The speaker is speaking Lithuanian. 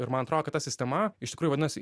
ir man atrodo kad ta sistema iš tikrųjų vadinasi